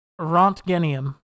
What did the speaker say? Rontgenium